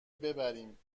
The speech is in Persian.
ببریم